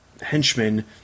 henchmen